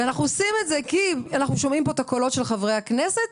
ואנחנו עושים את זה כי אנחנו שומעים פה את הקולות של חברי הכנסת,